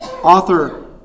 Author